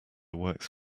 works